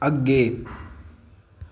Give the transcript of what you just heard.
अग्गे